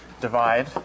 divide